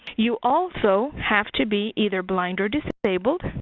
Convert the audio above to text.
you also have to be either blind or disabled,